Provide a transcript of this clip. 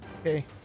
Okay